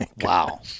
Wow